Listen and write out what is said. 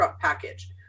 package